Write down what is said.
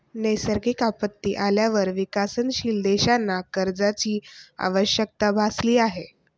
नैसर्गिक आपत्ती आल्यावर विकसनशील देशांना कर्जाची आवश्यकता भासली आहे